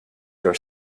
your